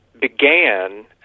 began